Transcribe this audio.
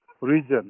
region